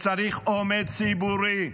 צריך אומץ ציבורי,